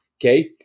okay